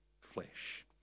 flesh